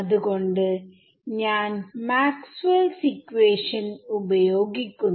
അത്കൊണ്ട് ഞാൻ Maxwell's equation maxwells equation ഉപയോഗിക്കുന്നു